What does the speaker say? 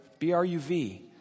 BRUV